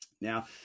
Now